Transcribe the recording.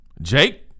Jake